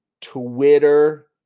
Twitter